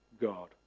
God